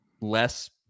less